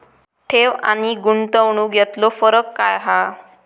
ठेव आनी गुंतवणूक यातलो फरक काय हा?